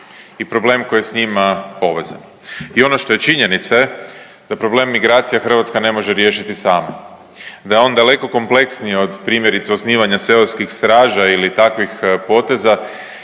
i problem koji je sa njima povezan. I ono što je činjenica je da problem migracija Hrvatska ne može riješiti sama, da je on daleko kompleksniji od primjerice osnivanja seoskih straža ili takvih poteza